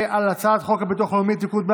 הצעת חוק הביטוח הלאומי (תיקון,